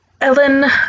Ellen